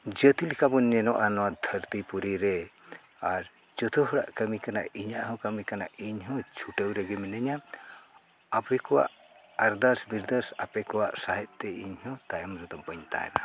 ᱡᱟᱹᱛᱤ ᱞᱮᱠᱟᱵᱚᱱ ᱧᱮᱞᱚᱜᱼᱟ ᱱᱚᱣᱟ ᱫᱷᱟᱹᱨᱛᱤ ᱯᱩᱨᱤ ᱨᱮ ᱟᱨ ᱡᱚᱛᱚ ᱦᱚᱲᱟᱜ ᱠᱟᱹᱢᱤ ᱠᱟᱱᱟ ᱤᱧᱟᱹᱜ ᱦᱚᱸ ᱠᱟᱹᱢᱤ ᱠᱟᱱᱟ ᱤᱧᱦᱚᱸ ᱪᱷᱩᱴᱟᱹᱣ ᱨᱮᱜᱮ ᱢᱤᱱᱟᱹᱧᱟ ᱟᱯᱮ ᱠᱚᱣᱟᱜ ᱟᱨᱫᱟᱥ ᱵᱤᱨᱫᱟᱥ ᱟᱯᱮ ᱠᱚᱣᱟᱜ ᱥᱟᱸᱦᱮᱫᱼᱛᱮ ᱤᱧᱦᱚᱸ ᱛᱟᱭᱚᱢ ᱨᱮᱫᱚ ᱵᱟᱹᱧ ᱛᱟᱦᱮᱱᱟ